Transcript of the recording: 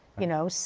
you know, so